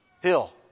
hill